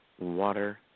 water